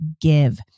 give